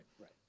right